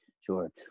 sure